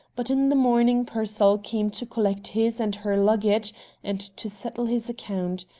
but in the morning pearsall came to collect his and her luggage and to settle his account.